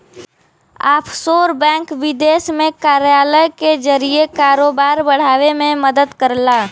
offshore bank विदेश में कार्यालय के जरिए कारोबार बढ़ावे में मदद करला